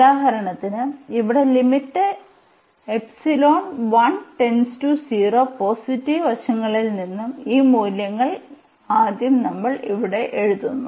ഉദാഹരണത്തിന് ഇവിടെ പോസിറ്റീവ് വശങ്ങളിൽ നിന്നും ഈ മൂല്യങ്ങൾ ആദ്യം നമ്മൾ ഇവിടെ എഴുതുന്നു